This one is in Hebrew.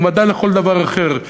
הוא מדד לכל דבר אחר,